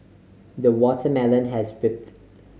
the watermelon has